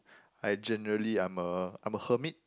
I generally I'm a I'm a hermit